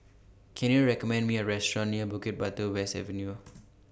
Can YOU recommend Me A Restaurant near Bukit Batok West Avenue